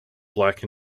black